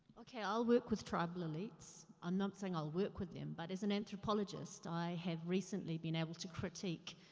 okay, i'll work with tribal elites. i'm not saying i'll work with them, but as an anthropologist i have recently been able to critique,